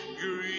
green